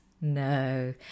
No